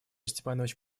степанович